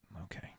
okay